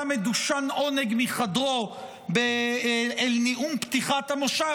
מדושן עונג מחדרו אל נאום פתיחת המושב,